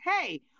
hey